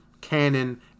canon